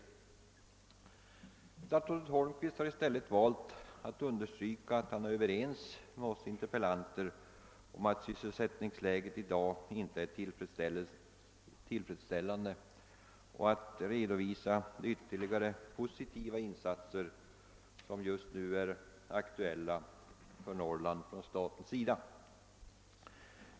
Statsrådet Holmqvist har i stället valt att understryka att han är överens med oss interpellanter om att sysselsättningsläget i dag inte är tillfredsställande och att re dovisa ytterligare positiva insatser från statens sida som just nu är aktuella för Norrland.